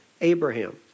Abraham